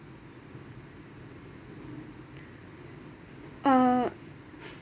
uh